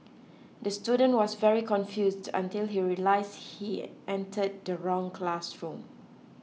the student was very confused until he realised he entered the wrong classroom